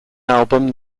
album